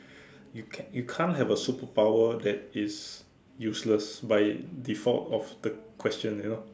you can you can't have a superpower that is useless by default of the question you know